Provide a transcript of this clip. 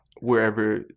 wherever